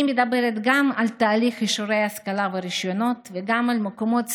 אני מדברת גם על תהליך אישורי השכלה ורישיונות וגם על מקומות לסטאז',